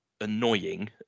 annoying